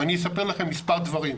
ואני אספר לכם מספר דברים.